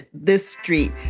this street.